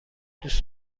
دوست